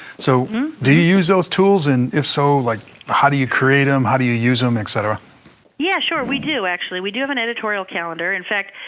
so do you use those tools? and if so, like how do you create them? how do you use them, et cetera? elissa yeah sure, we do actually. we do have an editorial calendar. in fact,